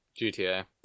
GTA